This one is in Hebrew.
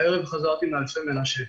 בערב חזרתי מאלפי מנשה,